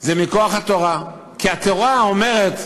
זה מכוח התורה, כי התורה אומרת,